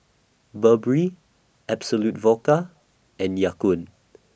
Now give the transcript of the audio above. Burberry Absolut Vodka and Ya Kun